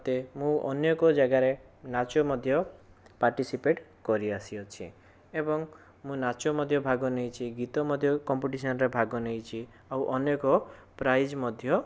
ମୋତେ ମୁଁ ଅନ୍ୟ ଏକ ଜାଗାରେ ନାଚ ମଧ୍ୟ ପାଟିସିପେଟ୍ କରିଆସିଅଛି ଏବଂ ମୁଁ ନାଚ ମଧ୍ୟ ଭାଗ ନେଇଛି ଗୀତ ମଧ୍ୟ କମ୍ପିଟିସନରେ ମଧ୍ୟ ଭାଗ ନେଇଛି ଆଉ ଅନେକ ପ୍ରାଇଜ୍ ମଧ୍ୟ